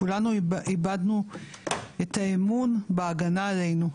כולנו איבדנו את האמון בהגנה עלינו,